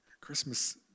Christmas